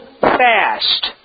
fast